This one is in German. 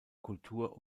kultur